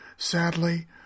Sadly